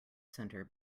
center